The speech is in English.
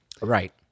Right